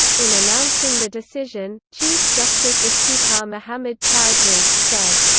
in announcing the decision, chief justice iftikhar muhammad chaudhry, said,